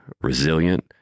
resilient